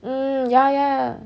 mm ya ya